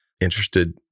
interested